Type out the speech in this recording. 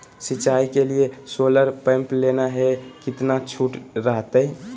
सिंचाई के लिए सोलर पंप लेना है कितना छुट रहतैय?